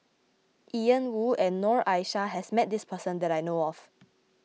Ian Woo and Noor Aishah has met this person that I know of